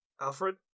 Alfred